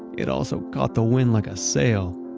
it also caught the wind like a sail,